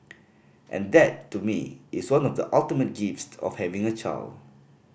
and that to me is one of the ultimate gifts of having a child